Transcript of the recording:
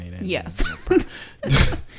yes